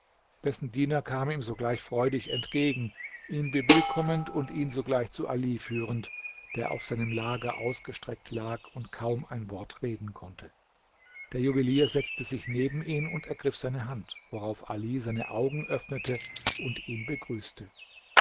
dessen diener kam ihm sogleich freudig entgegen ihn bewillkommend und ihn sogleich zu ali führend der auf seinem lager ausgestreckt lag und kaum ein wort reden konnte der juwelier setzte sich neben ihn und ergriff seine hand worauf ali seine augen öffnete und ihn begrüßte